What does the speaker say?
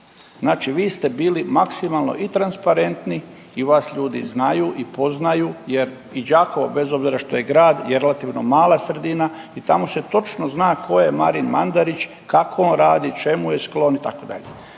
Znači vi ste bili maksimalno i transparenti i vas ljudi znaju i poznaju jer i Đakovo, bez obzira što je grad je relativno mala sredina i tamo se točno zna tko je Marin Mandarić, kako on radi, čemu je sklon, itd., a